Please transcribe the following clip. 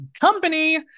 company